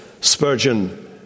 Spurgeon